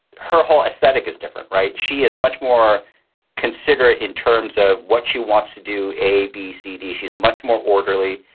her whole aesthetic is different. right. she is much more considerate in terms of what she wants to do. a, b, c, d, she's much more orderly.